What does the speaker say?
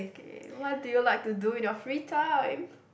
what do you like to do in your free time